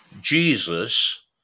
Jesus